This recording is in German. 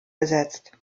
besetzt